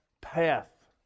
path